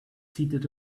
seated